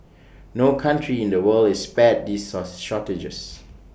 no country in the world is spared these shortages